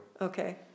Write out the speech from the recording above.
Okay